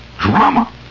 drama